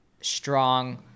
strong